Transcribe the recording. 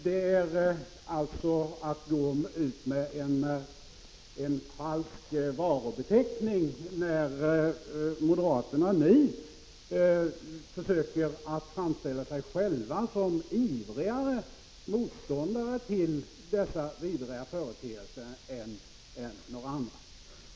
Det är alltså att gå ut med en falsk varubeteckning när moderaterna nu försöker framställa sig själva som ivrigare motståndare mot dessa vidriga företeelser än några andra.